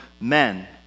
men